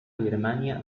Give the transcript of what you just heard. birmania